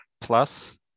plus